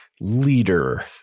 leader